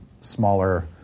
smaller